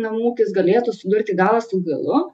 namų ūkis galėtų sudurti galą su galu